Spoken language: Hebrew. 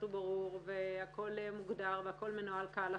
הוא ברור והכול מוגדר והכול מנוהל כהלכה,